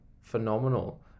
phenomenal